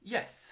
Yes